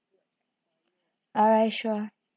alright sure